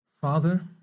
Father